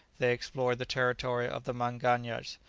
they explored the territory of the manganjas,